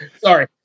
sorry